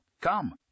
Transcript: Come